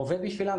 עובד בשבילם.